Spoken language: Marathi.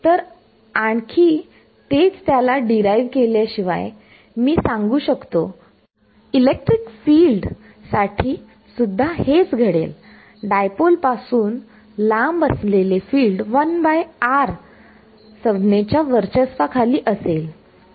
तर आणखी तेच त्याला डिराईव्ह केल्याशिवाय मी सांगू शकतो की इलेक्ट्रिक फील्ड साठी सुद्धा हेच घडेल डायपोल पासून लांब असलेले फिल्ड 1r संज्ञा च्या वर्चस्वाखाली असेल